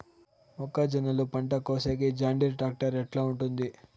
మొక్కజొన్నలు పంట కోసేకి జాన్డీర్ టాక్టర్ ఎట్లా ఉంటుంది?